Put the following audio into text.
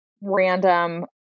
random